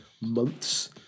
months